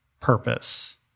purpose